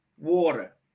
water